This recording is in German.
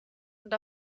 und